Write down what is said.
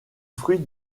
fruit